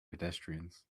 pedestrians